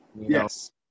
Yes